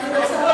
מצער